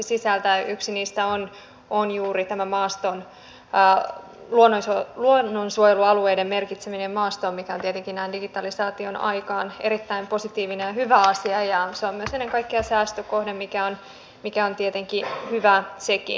yksi niistä on juuri tämä luonnonsuojelualueiden merkitseminen maastoon mikä on tietenkin näin digitalisaation aikaan erittäin positiivinen ja hyvä asia ja se on myös ennen kaikkea säästökohde mikä on tietenkin hyvä sekin